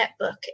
netbook